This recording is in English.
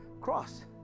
Cross